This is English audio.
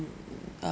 mm mm uh